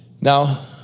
Now